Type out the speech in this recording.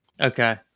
okay